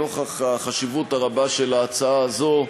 נוכח החשיבות הרבה של ההצעה הזו,